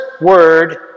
word